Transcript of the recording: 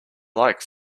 like